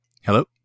Hello